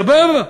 סבבה,